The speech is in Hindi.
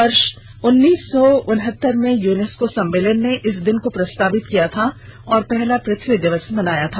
वर्ष उन्नीस सौ उन्हत्तर में युनेस्कों सम्मेलन ने इस दिन को प्रस्तावित किया गया था और पहला पृथ्वी दिवस मनाया गया था